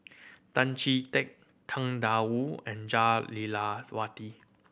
Tan Chee Teck Tang Da Wu and Jah Lelawati